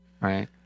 Right